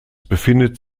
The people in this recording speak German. befindet